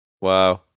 wow